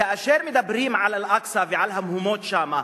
כאשר מדברים על אל-אקצא ועל המהומות שמה,